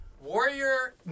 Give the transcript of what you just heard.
Warrior